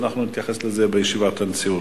ואנחנו נתייחס לזה בישיבת הנשיאות.